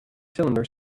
cylinder